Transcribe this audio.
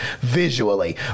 visually